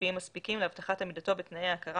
כספיים מספיקים להבטחת עמידתו בתנאי ההכרה